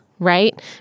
Right